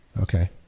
Okay